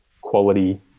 quality